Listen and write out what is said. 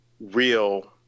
real